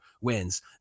wins